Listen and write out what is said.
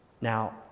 Now